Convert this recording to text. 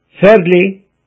Thirdly